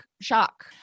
shock